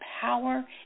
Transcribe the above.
power